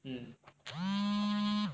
mm